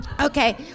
okay